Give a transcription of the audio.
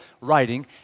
writing